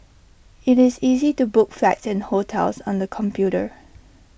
IT is easy to book flights and hotels on the computer